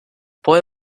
boy